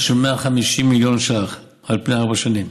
של 150 מיליון ש"ח על פני ארבע שנים,